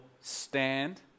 stand